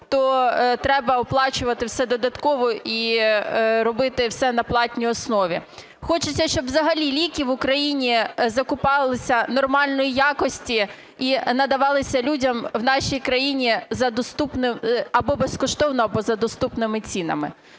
то треба оплачувати все додатково і робити все на платній основі. Хочеться, щоб взагалі ліки в Україні закупалися нормальної якості і надавались людям в нашій країні або безкоштовно, або за доступними цінами.